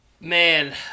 Man